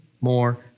more